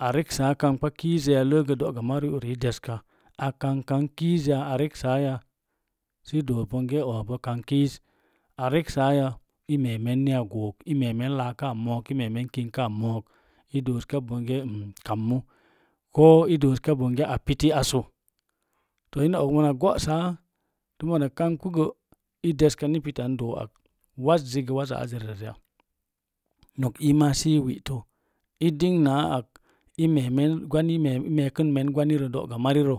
A reksaa kangkpa kii zəya, leegə do'ga mari uri deska a kana kang kiiz ya? A reksaa ya? Sə i do̱o̱ bongə o̱o̱ bon kang kiiz a reksaa ya i meemen ni a go̱o̱k i meemen laakaa mo̱o̱ i meen kingkaa mook i dooska bongə n kammu koo i doska bongə a piti assə to̱ ina og mona go saa, sə mona kangkpi gə̄ i deska ni pita n do̱o̱ ak wazzi gə waza azarəzziya? No̱k iima sə i wi'tə i dingnaa ak i meemen gwani i meemen i meekən gwani rə doga marirə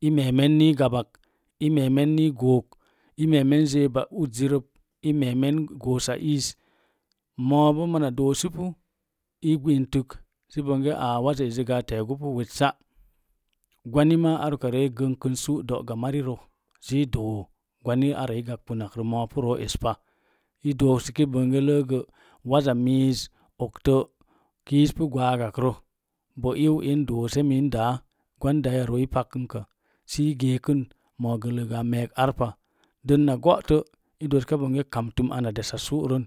i meemen ni gwani i gabak i meemen ni i go̱o̱k i meemen zeba uzuri reu. i meemen goosa iis mo̱o̱ bo mo̱na doosi pu i gwentik sə boonge aa waza ezi gə a te̱e̱gu pu wessa gwani ma ar ukarə i gənkən sū’ do'ga marirə sə i do gwani i ara i gakpinankrə mo̱o̱ apu ro̱o̱ es pa. I dooski bongə leegə waza miiz oktə kiiz pu gwaagakrə bo iu in dosə min daa gwan daiya ro̱o̱i i pakənka sə i ga̱akən moogə ləəgə a me̱e̱k arpa den na gotə i dooska bongə ana kamtə ina desa su ron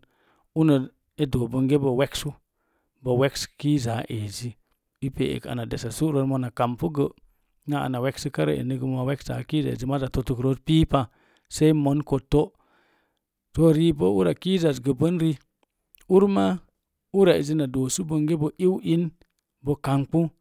uno i do̱o̱ bo̱o̱ngə bo wegsu bo weke̱ kiizaa eezi i pe'ek ana desa su'ron mo̱na kampu gə naa ana wekska rə eni gə mo̱o̱ wekssa kiiza ezigə maza totuk rooz piipa sei mon kotto. To̱o̱ ri bo ura kiizaz bən gəbən rii urm ura ezi na do̱o̱su ri iiu in bo kangkpas.